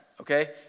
okay